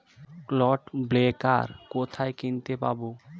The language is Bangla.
ক্লড ব্রেকার কোথায় কিনতে পাব?